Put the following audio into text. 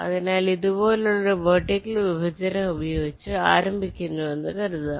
അതിനാൽ ഇതുപോലുള്ള ഒരു വെർട്ടിക്കൽ വിഭജനം ഉപയോഗിച്ച് ആരംഭിക്കുന്നുവെന്ന് കരുതുക